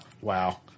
wow